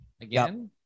again